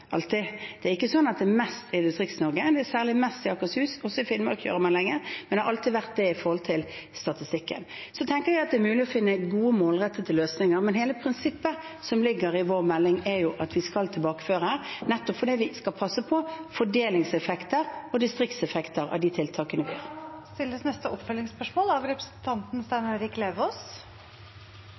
alltid vært. Det er ikke sånn at det er mest i Distrikts-Norge, det er særlig mest i Akershus. Også i Finnmark kjører man mye, men det har alltid vært slik i forhold til statistikken. Så tenker jeg at det er mulig å finne gode og målrettede løsninger, men hele prinsippet som ligger i vår melding, er jo at vi skal tilbakeføre, nettopp fordi vi skal passe på fordelingseffekter og distriktseffekter av tiltakene. Stein Erik Lauvås – til oppfølgingsspørsmål. «Staten har forlatt oss»,» er bare ett av